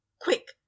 quick